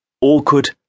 awkward